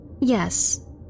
Yes